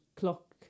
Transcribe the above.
clock